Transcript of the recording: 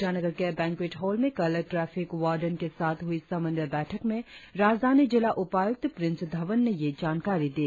ईटानगर के banquet hall में कल ट्रैफिक वार्डन के साथ हुई समन्वय बैठक में राजधानी जिला उपायुक्त प्रिंस धवन ने यह जानकारी दी